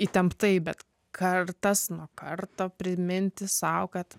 įtemptai bet kartas nuo karto priminti sau kad